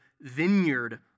vineyard